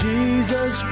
Jesus